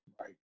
Right